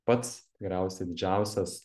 pats geriausia didžiausias